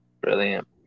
Brilliant